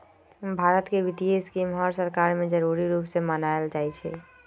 भारत के वित्तीय स्कीम हर सरकार में जरूरी रूप से बनाएल जाई छई